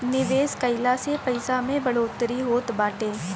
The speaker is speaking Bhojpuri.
निवेश कइला से पईसा में बढ़ोतरी होत बाटे